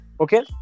Okay